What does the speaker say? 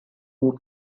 who